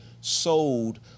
sold